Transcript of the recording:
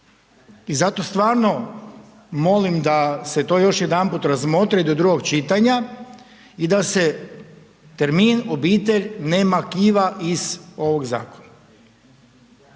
I zato stvarno, molim da se to još jedanput razmotri do drugog čitanja i da se termin obitelj ne makiva iz ovog zakona.